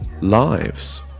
lives